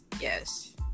yes